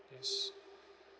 yes